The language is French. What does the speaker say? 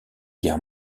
guerre